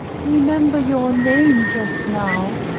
remember your name just now,